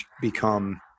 become